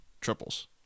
triples